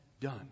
done